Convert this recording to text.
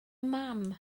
mam